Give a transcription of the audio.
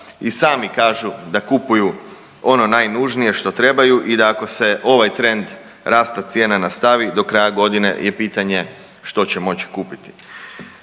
I sami kažu da kupuju ono najnužnije što trebaju i da ako se ovaj trend rasta cijena nastavi do kraja godine je pitanje što će moći kupiti.